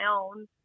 own